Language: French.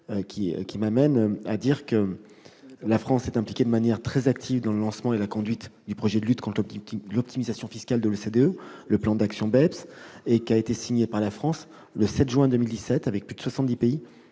qui m'amènent à dire que la France est impliquée de manière très active dans le lancement et la conduite du projet de lutte contre l'optimisation fiscale de l'OCDE, le plan d'action BEPS. Par ailleurs, elle a signé le 7 juin 2017, avec plus de 70